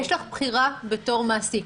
יש לך בחירה בתור מעסיק.